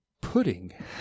pudding